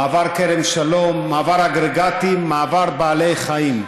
מעבר כרם שלום, מעבר אגרגטים, מעבר בעלי חיים,